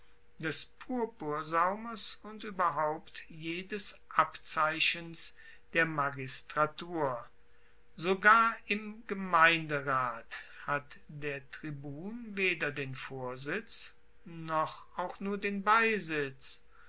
und ueberhaupt jedes abzeichens der magistratur sogar im gemeinderat hat der tribun weder den vorsitz noch auch nur den beisitz